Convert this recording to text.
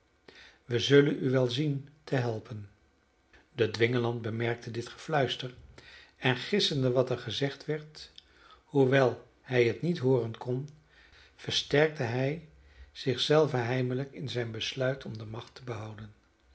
wij zullen u wel zien te helpen de dwingeland bemerkte dit gefluister en gissende wat er gezegd werd hoewel hij het niet hooren kon versterkte hij zich zelven heimelijk in zijn besluit om de macht te behouden